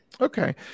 Okay